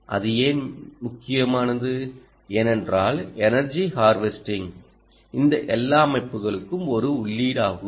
அது ஏன் முக்கியமானது ஏனென்றால் எனர்ஜி ஹார்வெஸ்டிங் இந்த எல்லா அமைப்புகளுக்கும் ஒரு உள்ளீடாகும்